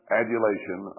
adulation